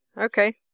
Okay